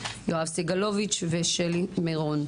יואב סגלוביץ' ושלי מירון.